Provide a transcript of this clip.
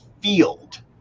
field